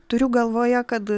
turiu galvoje kad